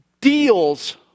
deals